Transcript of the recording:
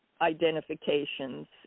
identifications